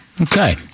Okay